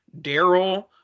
Daryl